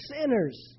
sinners